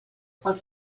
pel